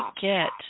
get